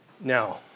Now